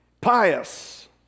Pious